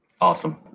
Awesome